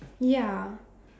ya